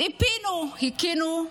ציפינו, חיכינו,